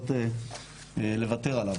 נאלצות לוותר עליו.